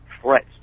threats